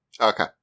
Okay